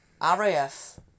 raf